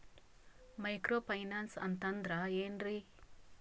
Micro finance ಅಂತಂದ್ರ ಏನ್ರೀ?